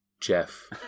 Jeff